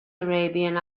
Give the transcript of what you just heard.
arabian